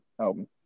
album